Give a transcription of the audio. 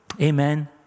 Amen